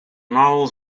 novels